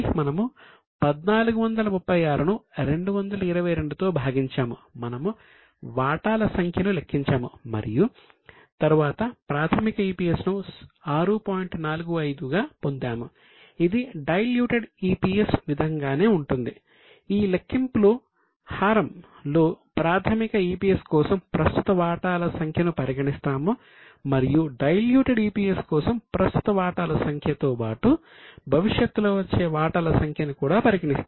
మనము ఈ దశలో EPSను లెక్కించాల్సిన అవసరం ఉంది మొత్తం సమగ్ర ఆదాయం EPS కోసం ప్రస్తుత వాటాల సంఖ్యతో బాటు భవిష్యత్తులో వచ్చే వాటాల సంఖ్యను కూడా పరిగణిస్తాము